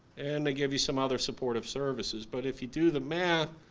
and they give you some other supportive services. but if you do the math,